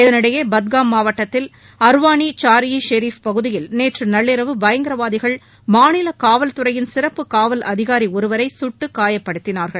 இதனிடையே படுகாம் மாவட்டத்தில் அர்வானி ஷரார் இ ஷெரீப் பகுதியில் நேற்று நள்ளிரவு பயங்கரவாதிகள் மாநில காவல் துறையின் சிறப்பு காவல் அதிகாரி ஒருவரை கட்டுக் காயப்படுத்தினார்கள்